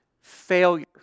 Failure